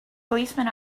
policemen